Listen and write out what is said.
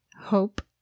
hope